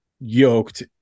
yoked